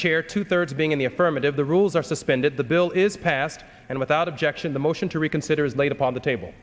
chair two thirds being in the affirmative the rules are suspended the bill is passed and without objection the motion to reconsider is laid upon the table